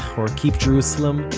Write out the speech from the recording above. or keep jerusalem.